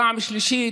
פעם שלישית,